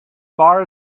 far